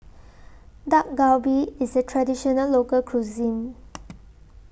Dak Galbi IS A Traditional Local Cuisine